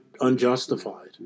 unjustified